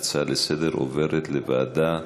ההצעות לסדר-היום עוברות לוועדה,